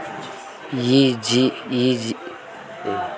ఈ G Pay ని మన దేశంలో తేజ్ అనే పేరుతో కూడా పిలిచేవారు